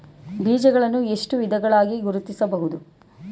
ಬೀಜಗಳನ್ನು ಎಷ್ಟು ವಿಧಗಳಾಗಿ ಗುರುತಿಸಬಹುದು?